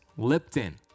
Lipton